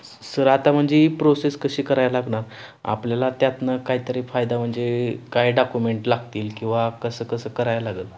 स् सर आता म्हणजे ही प्रोसेस कशी कराय लागणार आपल्याला त्यातून कायतरी फायदा म्हणजे काय डाकुमेंट लागतील किंवा कसं कसं करायला लागंल